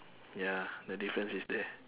ya the difference is there